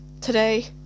Today